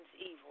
evil